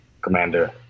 Commander